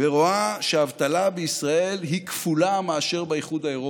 ורואה שהאבטלה בישראל היא כפולה מאשר באיחוד האירופי.